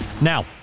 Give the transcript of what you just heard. Now